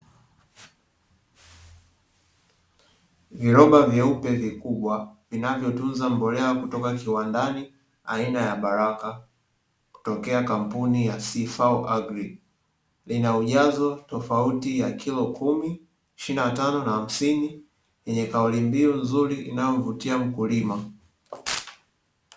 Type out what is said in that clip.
Viroba vyeupe vikubwa vinavyotunza mbolea kutoka kiwandani aina ya baraka kutokea kampuni ya 'sifau agri', vina ijazo tofauti wa kilo kumi, ishirini na tano na hamsini yenye kauli mbiu nzuri inayomvutia mteja.